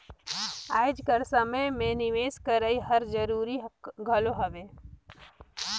आएज कर समे में निवेस करई हर जरूरी घलो हवे